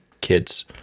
kids